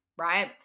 right